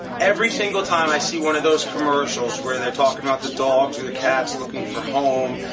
every single time i see one of those commercials where they're talking about the dogs and the cats looking for home,